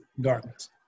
darkness